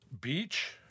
beach